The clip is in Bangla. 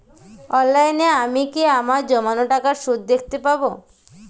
অনলাইনে আমি কি আমার জমানো টাকার সুদ দেখতে পবো?